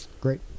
Great